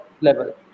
level